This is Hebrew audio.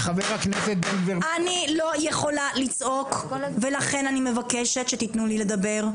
אני לא יכולה לצעוק ולכן אני מבקש שתיתנו לי לדבר.